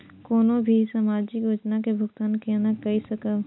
कोनो भी सामाजिक योजना के भुगतान केना कई सकब?